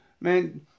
Man